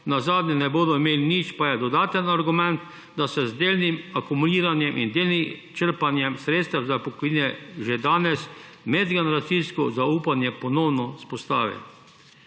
nazadnje ne bodo imeli nič, pa je dodaten argument, da se z delnim akumuliranjem in delnim črpanjem sredstev za pokojnine že danes medgeneracijsko zaupanje ponovno vzpostavi.